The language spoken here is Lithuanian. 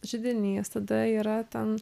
židinys tada yra ten